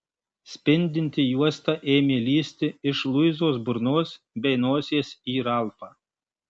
spindinti juosta ėmė lįsti iš luizos burnos bei nosies į ralfą